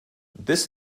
this